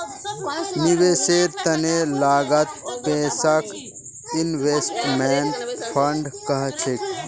निवेशेर त न लगाल पैसाक इन्वेस्टमेंट फण्ड कह छेक